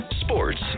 sports